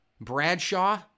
Bradshaw